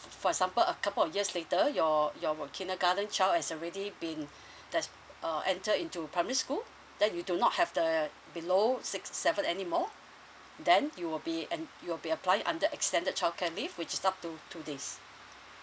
for example a couple of years later your your kindergarten child has already been that's uh entered into primary school then you do not have the below six seven anymore then you will be en~ you'll be applying under extended childcare leave which is up to two days